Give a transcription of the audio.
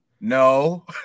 No